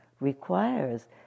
requires